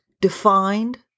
defined